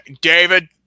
David